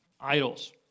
idols